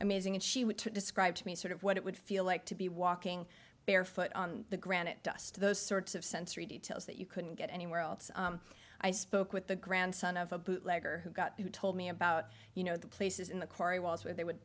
amazing and she would describe to me sort of what it would feel like to be walking barefoot on the granite dust those sorts of sensory details that you couldn't get anywhere else i spoke with the grandson of a bootlegger who got who told me about you know the places in the quarry walls where they would